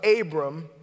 Abram